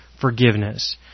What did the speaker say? forgiveness